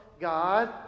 God